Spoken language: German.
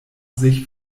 sich